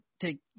take